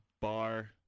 bar